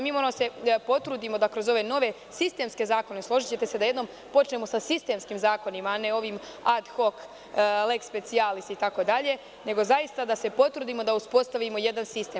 Moramo da se potrudimo da kroz ove nove sistemske zakone, složićete se, da jednom počnemo sa sistemskim zakonima, a ne ovim ad hok, leks specijalis itd, nego zaista da se potrudimo da uspostavimo jedan sistem.